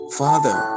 father